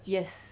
yes